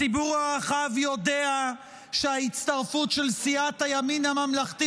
הציבור הרחב יודע שההצטרפות של סיעת הימין הממלכתי